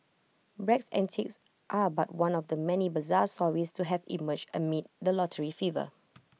Bragg's antics are but one of the many bizarre stories to have emerged amid the lottery fever